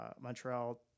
Montreal